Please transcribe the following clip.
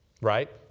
Right